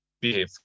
behave